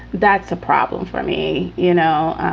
that's a problem for me. you know,